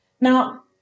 Now